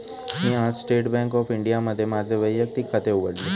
मी आज state bank of इंडियामध्ये माझे वैयक्तिक खाते उघडले